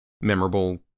memorable